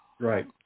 Right